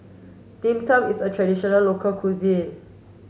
Dim Sum is a traditional local cuisine